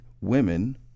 women